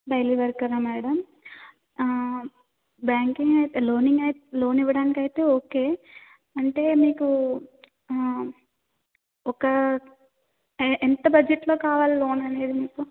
daily వర్కరా madam banking అయితే loaning అయి లోన్ ఇవ్వడానికైతే ఓకే అంటే మీకు ఒక ఎ ఎంత బడ్జెట్లో కావాలి లోన్ అనేది మీకు